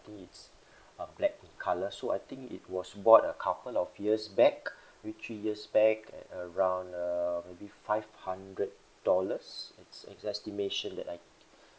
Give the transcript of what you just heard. think is uh black in colour so I think it was bought a couple of years back maybe three years back at around uh maybe five hundred dollars it's it's estimation that I